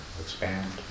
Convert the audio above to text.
expand